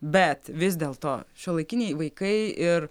bet vis dėlto šiuolaikiniai vaikai ir